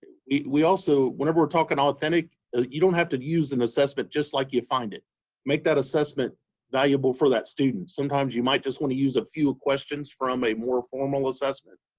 we we also when ever we're talking authentic ah you don't have to use an assessment just like you find it make that assessment valuable for that student. sometimes you might just want to use few questions from a more formal assessment.